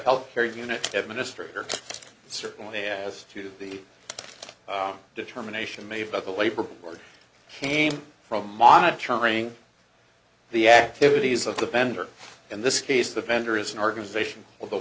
health care unit administrators certainly has to be determination made by the labor board came from monitoring the activities of the vendor in this case the vendor is an organization